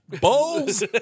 balls